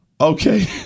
Okay